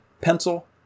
pencil